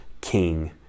king